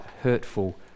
hurtful